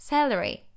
Celery